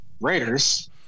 Raiders